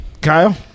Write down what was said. Kyle